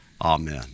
Amen